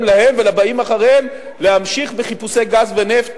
להם ולבאים אחריהם להמשיך בחיפושי גז ונפט